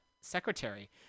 secretary